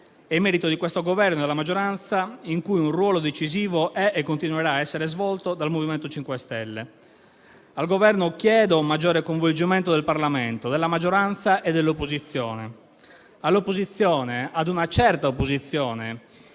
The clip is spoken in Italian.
È merito di questo Governo e della maggioranza, in cui un ruolo decisivo è e continuerà ad essere svolto dal MoVimento 5 Stelle. Al Governo chiedo maggiore coinvolgimento del Parlamento, della maggioranza e dell'opposizione. All'opposizione, ad una certa opposizione,